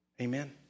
Amen